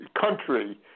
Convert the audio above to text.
country